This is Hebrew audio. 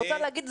אני רוצה להגיד,